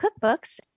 cookbooks